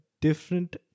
different